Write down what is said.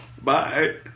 Bye